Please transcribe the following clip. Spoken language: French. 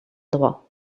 droit